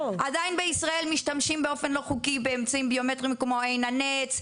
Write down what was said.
עדיין בישראל משתמשים באופן לא חוקי באמצעים ביומטריים כמו עין הנץ,